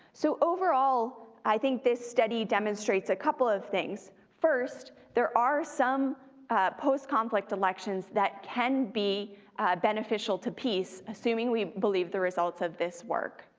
so overall, i think this study demonstrates a couple of things. first, there are some post-conflict elections that can be beneficial to peace, assuming we believe the results of this work.